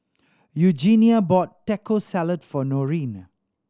Eugenia bought Taco Salad for Norene